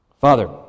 Father